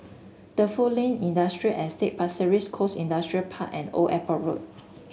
Defu Industrial Estate Pasir Ris Coast Industrial Park and Old Airport Road